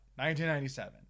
1997